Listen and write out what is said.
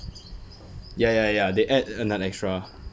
ya ya ya they add another extra